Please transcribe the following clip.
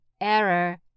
Error